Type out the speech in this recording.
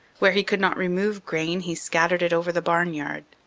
where he could not remove grain he scattered it over the barnyard.